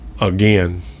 again